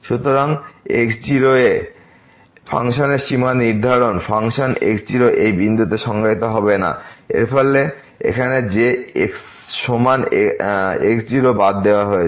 সুতরাং বিন্দু x0 এ ফাংশনের সীমা নির্ধারণ ফাংশন x0এই বিন্দু এ সংজ্ঞায়িত হবে না এবং এর ফলে এখানে যে x সমান x0 বাদ দেওয়া হয়েছে